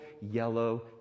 yellow